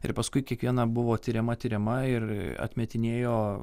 ir paskui kiekviena buvo tiriama tiriama ir atmetinėjo